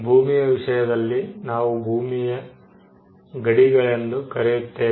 ಭೂಮಿಯ ವಿಷಯದಲ್ಲಿ ನಾವು ಭೂಮಿಯ ಗಡಿಗಳೆಂದು ಕರೆಯುತ್ತೇವೆ